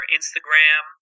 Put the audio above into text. Instagram